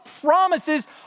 promises